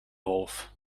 wolf